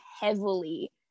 heavily